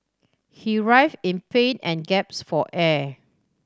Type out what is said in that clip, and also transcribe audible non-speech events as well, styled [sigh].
he writhe in pain and [unintelligible] for air